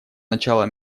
начало